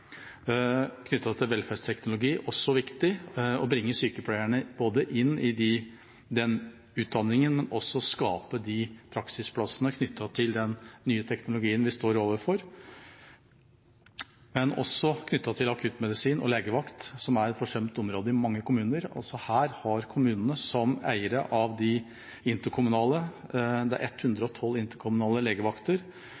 de plassene. Velferdsteknologi er også viktig, både å bringe sykepleiere inn i utdanning og skape praksisplasser knyttet til den nye teknologien vi står overfor, også innenfor akuttmedisin og legevakt – et forsømt område i mange kommuner – hvor kommunene som eiere av de 112 interkommunale legevaktene, sliter med å rekruttere, med å fornye dem teknologisk og få til heltidsarbeidsplasser. Det er